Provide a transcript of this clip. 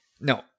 No